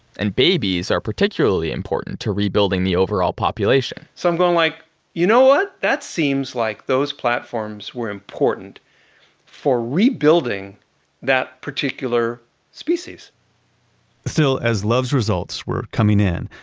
and babies are particularly important to rebuilding the overall population so i'm going like you know what, that seems like those platforms were important for rebuilding that particular species still, as love's results were coming in,